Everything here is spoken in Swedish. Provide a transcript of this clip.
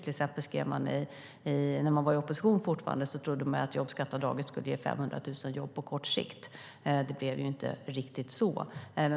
Till exempel trodde man när man var i opposition att jobbskatteavdraget skulle ge 500 000 jobb på kort sikt. Det blev inte riktigt så.